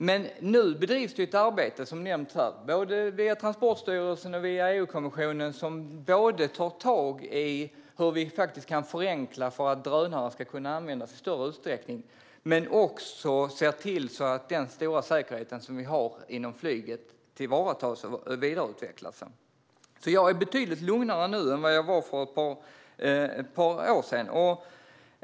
Men nu bedrivs, som nämnts här, både i Transportstyrelsen och i EU-kommissionen ett arbete där man tar tag i hur vi kan förenkla för att drönare ska kunna användas i större utsträckning men också se till att den stora säkerhet vi har inom flyget tillvaratas och vidareutvecklas. Så jag är betydligt lugnare nu än för ett par år sedan.